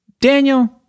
Daniel